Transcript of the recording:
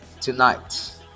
tonight